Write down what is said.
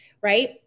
Right